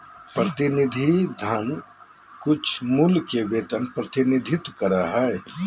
प्रतिनिधि धन कुछमूल्य के वेतन प्रतिनिधित्व करो हइ